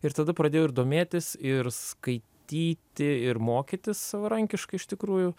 ir tada pradėjau ir domėtis ir skaityti ir mokytis savarankiškai iš tikrųjų